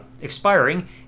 expiring